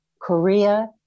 korea